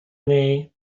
niej